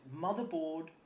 Motherboard